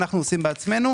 אנחנו עושים בעצמנו,